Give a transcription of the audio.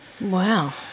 Wow